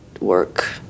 work